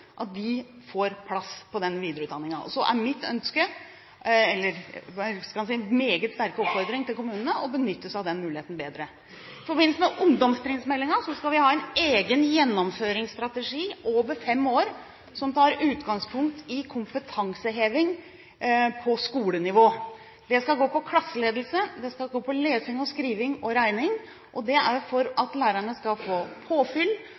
får plass på videreutdanningen. Så er min meget sterke oppfordring til kommunene å benytte seg bedre av den muligheten. I forbindelse med ungdomstrinnsmeldingen skal vi ha en egen gjennomføringsstrategi over fem år som tar utgangspunkt i kompetanseheving på skolenivå. Det skal gå på klasseledelse, det skal gå på lesing, skriving og regning, og det er for at lærerne skal få påfyll,